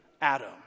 Adam